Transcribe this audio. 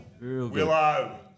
Willow